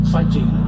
Fighting